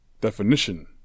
definition